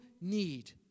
need